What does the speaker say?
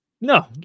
no